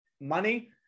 money